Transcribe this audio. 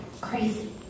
crazy